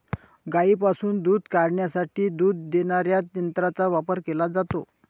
गायींपासून दूध काढण्यासाठी दूध देणाऱ्या यंत्रांचा वापर केला जातो